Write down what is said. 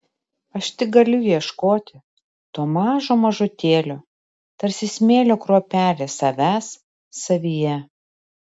aš tik galiu ieškoti to mažo mažutėlio tarsi smėlio kruopelė savęs savyje